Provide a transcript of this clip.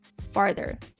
farther